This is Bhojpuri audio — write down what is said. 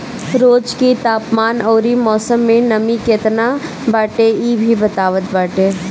रोज के तापमान अउरी मौसम में नमी केतना बाटे इ भी बतावत बाटे